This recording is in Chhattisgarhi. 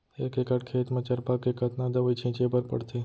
एक एकड़ खेत म चरपा के कतना दवई छिंचे बर पड़थे?